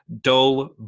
dull